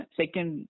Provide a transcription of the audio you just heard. second